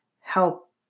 help